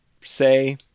say